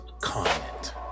comment